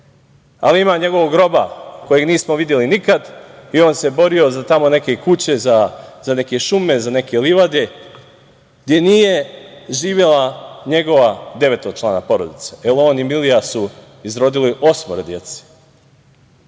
Ali, ima njegovog groba, kojeg nismo videli nikad i on se borio za tamo neke kuće, za neke šume, za neke livade, gde nije živela devetočlana porodica. Evo, on i Milija su izrodili osmoro